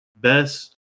best